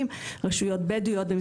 (הצגת מצגת) דובר פה הרבה על מגבלות